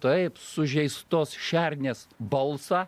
taip sužeistos šernės balsą